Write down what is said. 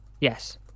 Yes